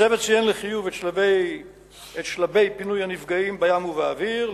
הצוות ציין לחיוב את שלבי פינוי הנפגעים בים ובאוויר,